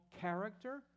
character